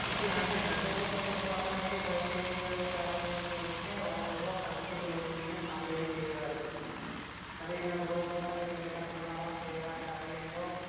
ఇక్కడ అంటే దగ్గర దగ్గరలో ఉన్న ప్రాంతాలకి బైక్ల మీదకానీ కార్ల మీదకానీ వెళ్తే వానాకాలంలో తుడుచుకుంటూ వెళ్ళిపోయినా కానీ పర్లేదు ఏం కాదు అనిపిస్తది అదే ఇలా దూరప్రాంతాలకు వెళ్ళేటప్పుడు మాత్రం ఒకవేళ ట్రావెలింగ్లో